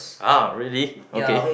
[huh] really okay